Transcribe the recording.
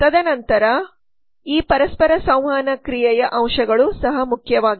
ತದನಂತರ ಮತ್ತು ಈ ಪರಸ್ಪರ ಸಂವಹನ ಕ್ರಿಯೆಯ ಅಂಶಗಳು ಸಹ ಮುಖ್ಯವಾಗಿದೆ